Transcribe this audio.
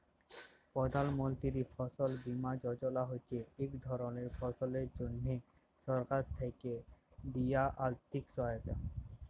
প্রধাল মলতিরি ফসল বীমা যজলা হছে ইক ধরলের ফসলের জ্যনহে সরকার থ্যাকে দিয়া আথ্থিক সহায়তা